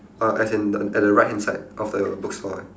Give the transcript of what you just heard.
uh as in the at the right hand side of the bookstore eh